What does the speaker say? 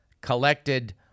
collected